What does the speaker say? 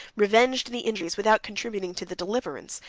revenged the injuries, without contributing to the deliverance,